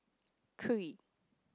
three